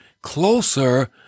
closer